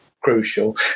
crucial